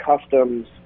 customs